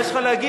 מה יש לך להגיד?